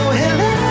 hello